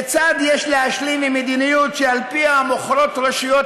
כיצד יש להשלים עם מדיניות שעל-פיה מוכרות רשויות